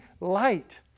light